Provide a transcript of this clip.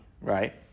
right